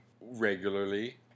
regularly